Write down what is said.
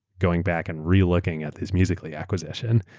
going back and relooking at this musical. ly acquisition.